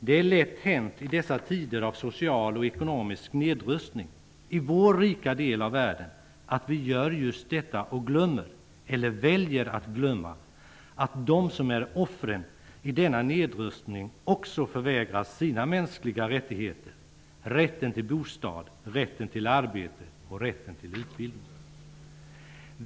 Det är lätt hänt i dessa tider av social och ekonomisk nedrustning i vår rika del av världen att vi gör just detta och glömmer, eller väljer att glömma, att de som är offren i denna nedrustning också förvägras sina mänskliga rättigheter -- rätten till bostad, rätten till arbete och rätten till utbildning.